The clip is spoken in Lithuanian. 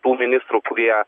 tų ministrų kurie